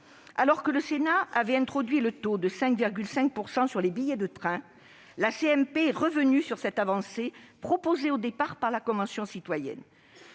Alors que le Sénat avait introduit un taux de TVA à 5,5 % sur les billets de train, la CMP est revenue sur cette avancée initialement proposée par la Convention citoyenne.